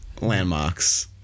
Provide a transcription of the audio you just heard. landmarks